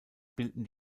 bilden